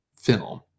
film